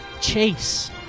Chase